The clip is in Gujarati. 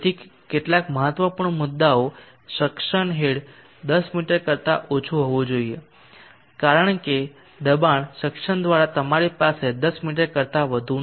તેથી કેટલાક મહત્વપૂર્ણ મુદ્દાઓ સક્શન હેડ 10 મી કરતા ઓછું હોવું જોઈએ કારણ કે દબાણ સક્શન દ્વારા તમારી પાસે 10 મી કરતા વધુ નથી